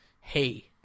Hey